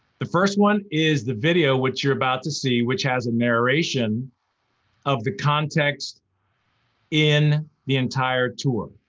the first one is the video which you're about to see which has a narration of the context in the entire tour.